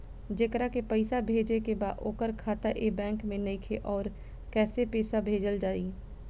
जेकरा के पैसा भेजे के बा ओकर खाता ए बैंक मे नईखे और कैसे पैसा भेजल जायी?